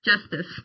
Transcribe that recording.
justice